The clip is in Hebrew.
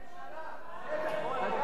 תודה.